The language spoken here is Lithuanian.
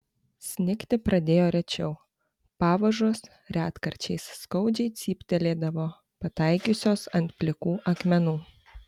snigti pradėjo rečiau pavažos retkarčiais skaudžiai cyptelėdavo pataikiusios ant plikų akmenų